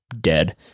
dead